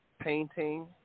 painting